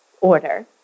order